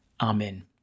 Amen